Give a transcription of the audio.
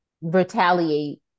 retaliate